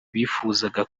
bifuzaga